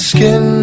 Skin